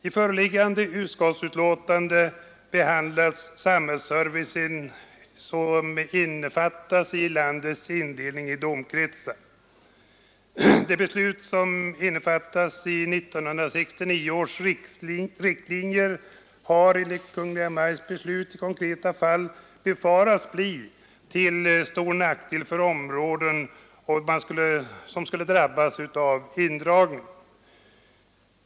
I föreliggande utskottsbetänkande behandlas den samhällsservice som landets indelning i domkretsar utgör. Det beslut som innefattas i 1969 års riktlinjer har efter Kungl. Maj:ts beslut i konkreta fall befarats bli till stor nackdel för de områden som skulle drabbas av indragning.